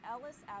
Ellis